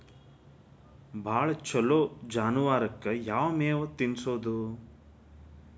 ಭಾಳ ಛಲೋ ಜಾನುವಾರಕ್ ಯಾವ್ ಮೇವ್ ತಿನ್ನಸೋದು?